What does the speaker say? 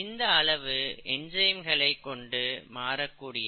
இந்த அளவு என்சைம்களை கொண்டு மாறக்கூடியது